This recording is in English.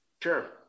Sure